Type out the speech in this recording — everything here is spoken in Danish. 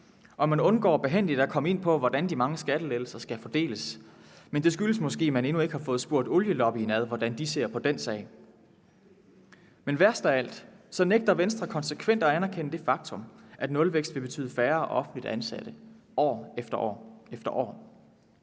og man undgår behændigt at komme ind på, hvordan de mange skattelettelser skal fordeles. Men det skyldes måske, at man endnu ikke har fået spurgt olielobbyen, hvordan de ser på den sag. Men værst af alt nægter Venstre konsekvent at anerkende det faktum, at nulvækst vil betyde færre offentligt ansatte år efter år.